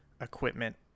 equipment